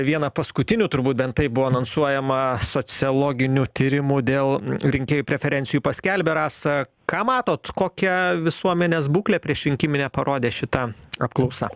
vieną paskutinių turbūt bent taip buvo anonsuojama sociologinių tyrimų dėl rinkėjų preferencijų paskelbė rasa ką matot kokią visuomenės būklę priešrinkiminę parodė šita apklausa